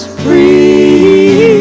free